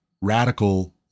radical